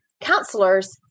counselors